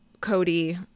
Cody